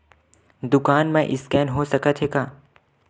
दुकान मा स्कैन हो सकत हे का?